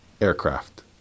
aircraft